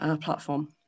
platform